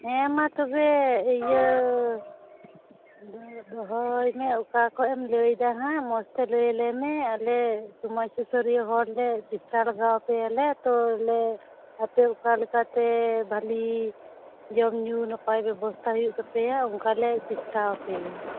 ᱦᱮᱸ ᱢᱟ ᱛᱚᱵᱮ ᱤᱭᱟᱹ ᱟᱫᱚ ᱫᱚᱦᱚᱭ ᱢᱮ ᱚᱠᱟ ᱠᱷᱚᱱᱮᱢ ᱞᱟᱹᱭᱮᱫᱟ ᱦᱟᱸᱜ ᱢᱚᱡᱽ ᱛᱮ ᱞᱟᱹᱭᱟᱞᱮ ᱢᱮ ᱟᱞᱮ ᱥᱚᱢᱟᱡᱽ ᱥᱩᱥᱟᱹᱨᱤᱭᱟᱹ ᱦᱚᱲ ᱞᱮ ᱪᱮᱥᱴᱟ ᱞᱮᱜᱟᱣ ᱯᱮᱭᱟᱞᱮ ᱛᱚ ᱞᱮ ᱟᱯᱮ ᱚᱠᱟ ᱞᱮᱠᱟᱛᱮ ᱵᱷᱟᱞᱤ ᱡᱚᱢ ᱧᱩ ᱱᱟᱯᱟᱭ ᱵᱮᱵᱚᱥᱛᱟ ᱦᱩᱭᱩᱜ ᱛᱟᱯᱮᱭᱟ ᱚᱱᱠᱟ ᱞᱮ ᱪᱮᱥᱴᱟᱣ ᱯᱮᱭᱟ